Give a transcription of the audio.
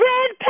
Red